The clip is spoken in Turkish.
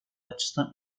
açısından